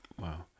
Wow